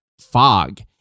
fog